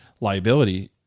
liability